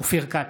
אופיר כץ,